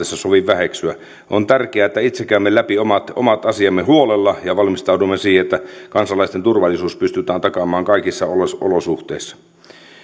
sovi väheksyä on tärkeää että itse käymme läpi omat omat asiamme huolella ja valmistaudumme siihen että kansalaisten turvallisuus pystytään takaamaan kaikissa olosuhteissa